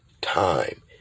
time